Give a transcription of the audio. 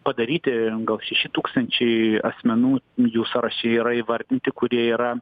padaryti gal šeši tūkstančiai asmenų jų sąraše yra įvardinti kurie yra